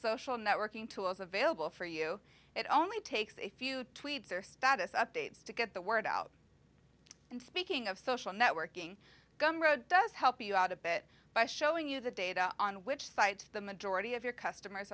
social networking tools available for you it only takes a few tweets or status updates to get the word out and speaking of social networking does help you out a bit by showing you the data on which site the majority of your customers